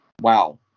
Wow